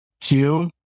Two